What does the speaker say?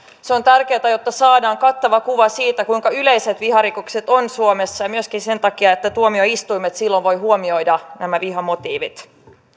se on tärkeätä jotta saadaan kattava kuva siitä kuinka yleisiä viharikokset ovat suomessa ja myöskin sen takia että tuomioistuimet silloin voivat huomioida nämä vihamotiivit